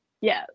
yes